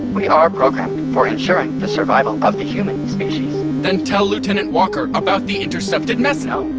we are programmed for ensuring the survival of the human species then tell lieutenant walker about the intercepted message! no.